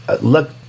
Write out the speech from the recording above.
look